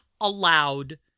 allowed